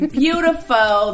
beautiful